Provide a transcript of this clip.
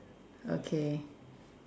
okay